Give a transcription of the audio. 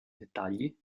dettagli